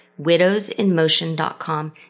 widowsinmotion.com